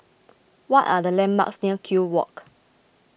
what are the landmarks near Kew Walk